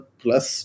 plus